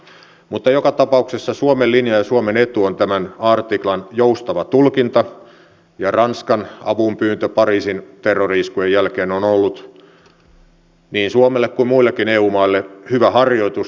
mutta joka tapauksessa suomen linja ja suomen etu on tämän artiklan joustava tulkinta ja ranskan avunpyyntö pariisin terrori iskujen jälkeen on ollut niin suomelle kuin muillekin eu maille hyvä harjoitus